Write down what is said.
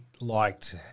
liked